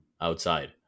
outside